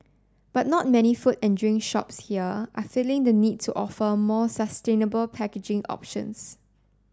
but not many food and drink shops here are feeling the need to offer more sustainable packaging options